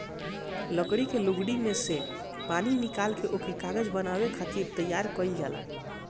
लकड़ी के लुगदी में से पानी निकाल के ओके कागज बनावे खातिर तैयार कइल जाला